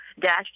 dash